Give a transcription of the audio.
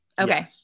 Okay